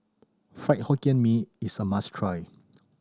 Fried Hokkien Mee is a must try